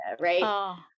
right